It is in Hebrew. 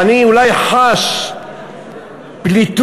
ואני אולי חש פליטות,